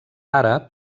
àrab